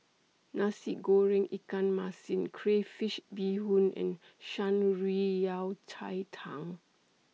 Nasi Goreng Ikan Masin Crayfish Beehoon and Shan Rui Yao Cai Tang